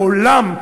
לעולם,